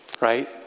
right